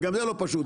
גם זה לא פשוט,